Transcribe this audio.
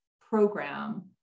program